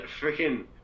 Freaking